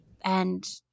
And-